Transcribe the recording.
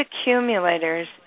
accumulators